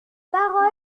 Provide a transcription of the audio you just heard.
parole